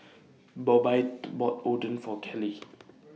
Bobbye bought Oden For Caleigh